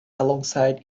alongside